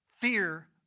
Fear